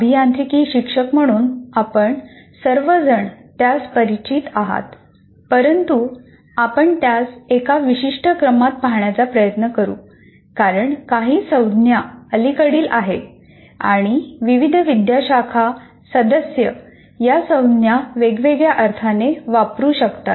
अभियांत्रिकी शिक्षक म्हणून आपण सर्वजण त्यास परिचित आहात परंतु आपण त्यास एका विशिष्ट क्रमात पाहण्याचा प्रयत्न करू कारण काही संज्ञा अलीकडील आहेत आणि विविध विद्याशाखा सदस्य या संज्ञा वेगवेगळ्या अर्थाने वापरू शकतात